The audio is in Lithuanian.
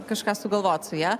kažką sugalvot su ja